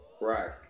Right